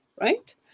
right